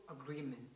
agreement